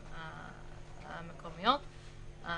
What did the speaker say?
הדברים שהם ברף הגבוה יותר,